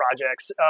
projects